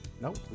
Nope